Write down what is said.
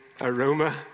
aroma